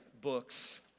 books